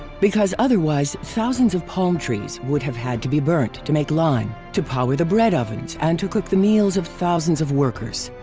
because otherwise thousands of palm trees would have had to be burnt to make lime, to power the bread ovens and to cook the meals of thousands of workers.